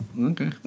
Okay